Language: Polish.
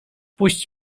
puść